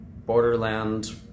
borderland